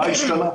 מה השתנה?